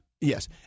Yes